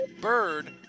Bird